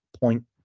point